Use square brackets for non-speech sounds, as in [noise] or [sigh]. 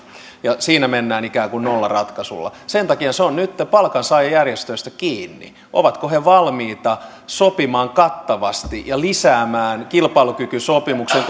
ja siinä mennään ikään kuin nollaratkaisulla sen takia se on nytten palkansaajajärjestöistä kiinni ovatko he valmiita sopimaan kattavasti ja lisäämään kilpailukykysopimuksen [unintelligible]